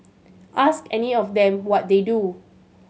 ask any of them what they do